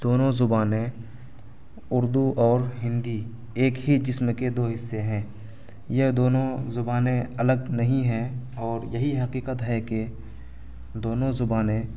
دونوں زبانیں اردو اور ہندی ایک ہی جسم کے دو حصے ہیں یہ دونوں زبانیں الگ نہیں ہیں اور یہی حقیقت ہے کہ دونوں زبانیں